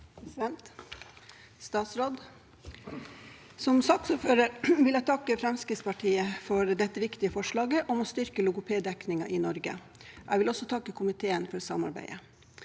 saken): Som saksordfører vil jeg takke Fremskrittspartiet for dette viktige forslaget om å styrke logopeddekningen i Norge. Jeg vil også takke komiteen for samarbeidet.